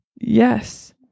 Yes